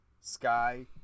Sky